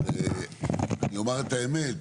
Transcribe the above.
אבל אני אומר את האמת,